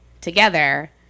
together